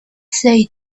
said